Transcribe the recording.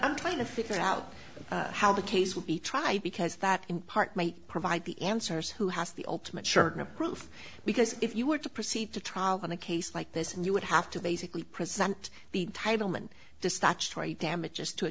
i'm trying to figure out how the case will be tried because that in part might provide the answers who has the ultimate shirton of proof because if you were to proceed to trial on a case like this and you would have to basically present the title and the statutory damages to a